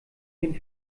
den